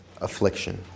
affliction